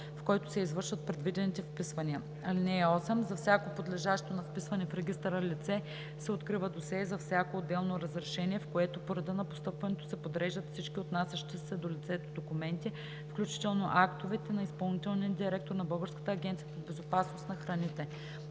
в което се извършват предвидените вписвания. (8) За всяко подлежащо на вписване в регистъра лице се открива досие за всяко отделно разрешение, в което по реда на постъпването се подреждат всички отнасящи се до лицето документи, включително актовете на изпълнителния директор на Българската агенция по безопасност на храните.